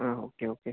ആ okay okay